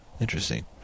Interesting